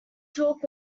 talk